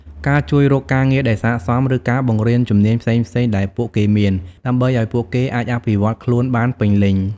ការជួយរកការងារដែលស័ក្តិសម ឬការបង្រៀនជំនាញផ្សេងៗដែលពួកគេមាន ដើម្បីឱ្យពួកគេអាចអភិវឌ្ឍខ្លួនបានពេញលេញ។